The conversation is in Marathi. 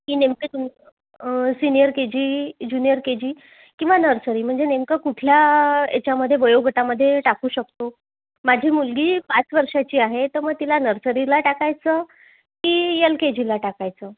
की नेमकं तुम senior K G junior K G किंवा नर्सरी म्हणजे नेमकं कुठल्या याच्यामध्ये वयोगटामध्ये टाकू शकतो माझी मुलगी पाच वर्षाची आहे तर मग तिला नर्सरीला टाकायचं की यल के जीला टाकायचं